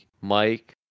mike